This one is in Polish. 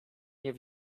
nie